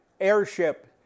airship